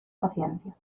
paciencia